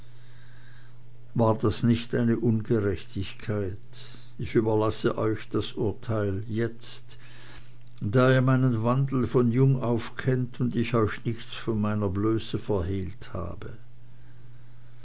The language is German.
war das nicht eine ungerechtigkeit ich überlasse euch das urteil jetzt da ihr meinen wandel von jung auf kennt und ich euch nichts von meiner blöße verhehlt habe